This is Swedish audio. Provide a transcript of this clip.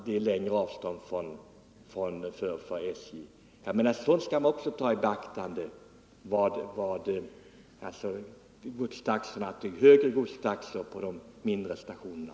Det är alltså högre godstaxor på de mindre stationerna, och det måste man också ta i beaktande när man tar del av de statistiska uppgifterna om godsmängd m.m.